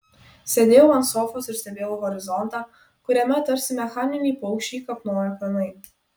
sėdėjau ant sofos ir stebėjau horizontą kuriame tarsi mechaniniai paukščiai kapnojo kranai